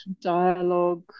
dialogue